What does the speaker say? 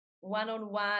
one-on-one